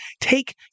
take